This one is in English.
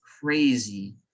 Crazy